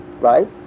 right